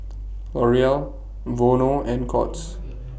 L'Oreal Vono and Courts